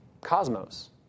cosmos